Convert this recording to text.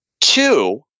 Two